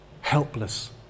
Helpless